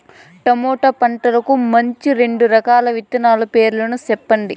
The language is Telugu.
టమోటా పంటకు మంచి రెండు రకాల విత్తనాల పేర్లు సెప్పండి